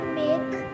make